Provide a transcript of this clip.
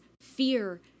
fear